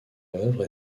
l’œuvre